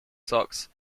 sox